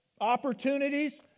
Opportunities